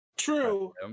True